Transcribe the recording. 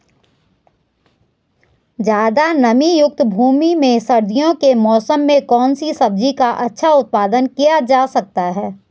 ज़्यादा नमीयुक्त भूमि में सर्दियों के मौसम में कौन सी सब्जी का अच्छा उत्पादन किया जा सकता है?